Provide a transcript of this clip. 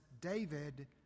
David